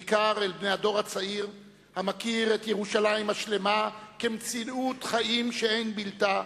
בעיקר בני הדור הצעיר המכיר את ירושלים השלמה כמציאות חיים שאין בלתה,